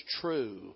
true